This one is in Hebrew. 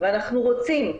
ואנחנו רוצים,